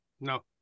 No